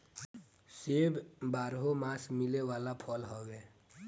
सेब बारहोमास मिले वाला फल हवे